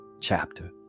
chapter